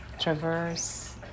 traverse